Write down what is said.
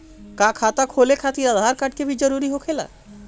का खाता खोले खातिर आधार कार्ड के भी जरूरत होखेला?